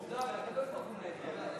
אבל הקדוש-ברוך-הוא מנהל את העניין.